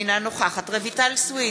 אינה נוכחת רויטל סויד,